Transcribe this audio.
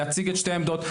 להציג את שתי העמדות,